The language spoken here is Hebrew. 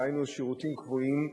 דהיינו שירותים קבועים,